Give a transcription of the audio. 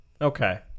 Okay